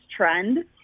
trend